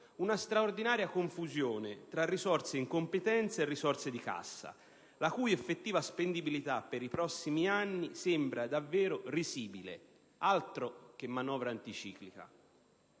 una straordinaria confusione tra risorse in competenza e risorse di cassa, la cui effettiva spendibilità per i prossimi anni sembra essere davvero risibile. Altro che manovra anticiclica!